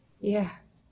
Yes